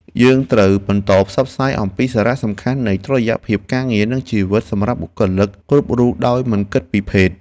យើងត្រូវបន្តផ្សព្វផ្សាយអំពីសារៈសំខាន់នៃតុល្យភាពការងារនិងជីវិតសម្រាប់បុគ្គលិកគ្រប់រូបដោយមិនគិតពីភេទ។